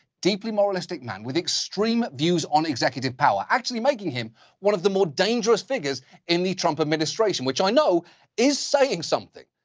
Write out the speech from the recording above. deeply moralistic man with extreme views on executive power, actually making him one of the more dangerous figures in the trump administration, which i know is saying something.